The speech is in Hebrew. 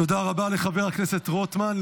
תודה רבה לחבר הכנסת רוטמן.